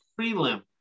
prelim